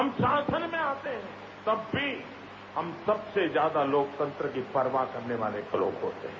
हम शासन में आते हैं तब भी हम सबसे ज्यादा लोकतंत्र की परवाह करने वाले लोग होते हैं